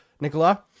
Nicola